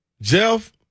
Jeff